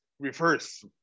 reverse